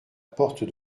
porte